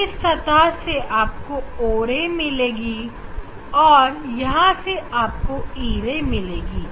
तो इस धरातल से आपको o ray मिलेगी और यहां से आपको e ray मिलेगी